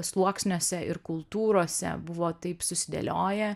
sluoksniuose ir kultūrose buvo taip susidėlioję